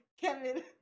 Kevin